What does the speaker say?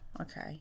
okay